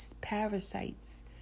parasites